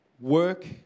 work